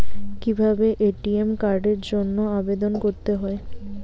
কিভাবে এ.টি.এম কার্ডের জন্য আবেদন করতে হয়?